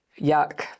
Yuck